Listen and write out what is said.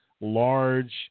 large